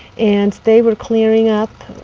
and they were clearing up.